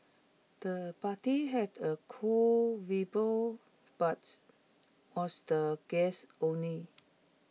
the party had A cool but was the guests only